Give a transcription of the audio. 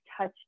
touch